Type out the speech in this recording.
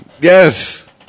yes